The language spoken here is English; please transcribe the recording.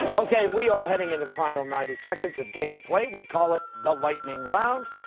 okay, we are heading into the final ninety seconds of game play. we call it the lightning round.